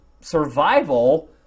survival